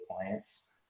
clients